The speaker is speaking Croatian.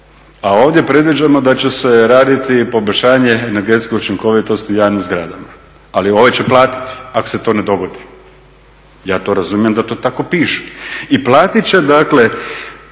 A ovdje predviđamo da će se raditi i poboljšanje energetske učinkovitosti na javnim zgradama. Ali ovaj će platiti ako se to ne dogodi. Ja to razumijem da to tako piše. I platit će dakle